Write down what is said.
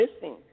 missing